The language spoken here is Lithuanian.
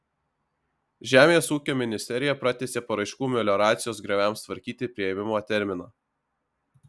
žemės ūkio ministerija pratęsė paraiškų melioracijos grioviams tvarkyti priėmimo terminą